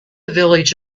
village